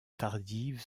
tardive